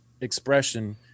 expression